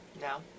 No